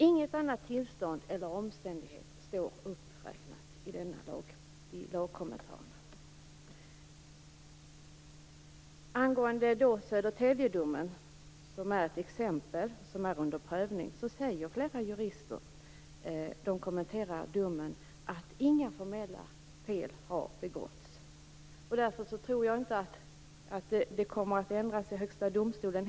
Inget annat tillstånd och ingen annan omständighet står uppräknad i lagkommentarerna. Angående Södertäljedomen - ett exempel som är under prövning - säger flera jurister att inga formella fel har begåtts när de kommenterar domen. Därför tror jag inte heller att domen kommer att ändras i Högsta domstolen.